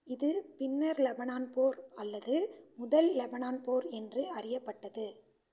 இது பின்னர் லெபனான் போர் அல்லது முதல் லெபனான் போர் என்று அறியப்பட்டது